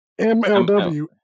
MLW